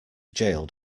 jailed